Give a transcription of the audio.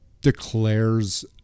declares